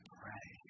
pray